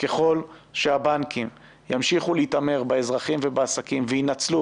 ככל שהבנקים ימשיכו להתעמר באזרחים ובעסקים וינצלו,